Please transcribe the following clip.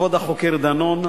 כבוד החוקר דנון,